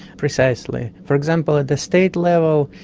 precisely. for example at the state level,